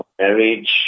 marriage